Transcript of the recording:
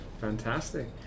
fantastic